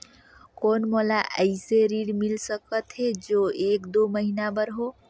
कौन मोला अइसे ऋण मिल सकथे जो एक दो महीना बर हो?